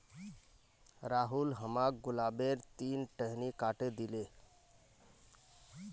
राहुल हमाक गुलाबेर तीन टहनी काटे दिले